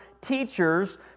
teachers